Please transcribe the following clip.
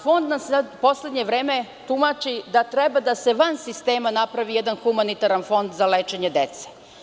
Fond u poslednje vreme tumači da treba da se van sistema napravi jedan humanitarni fond za lečenje dece.